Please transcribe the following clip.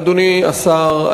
אדוני השר,